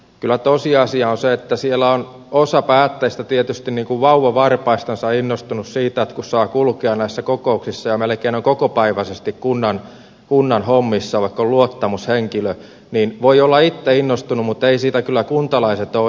kyllä tosiasia on se että kun siellä on osa päättäjistä tietysti niin kuin vauva varpaistansa innostunut siitä kun saa kulkea näissä kokouksissa ja melkein on kokopäiväisesti kunnan hommissa vaikka on luottamushenkilö niin voi olla itse innostunut mutta eivät siitä kyllä kuntalaiset ole innostuneet